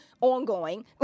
ongoing